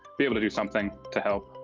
be able to do something to help,